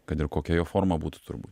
kad ir kokia jo forma būtų turbūt